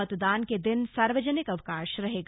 मतदान के दिन सार्वजनिक अवकाश रहेगा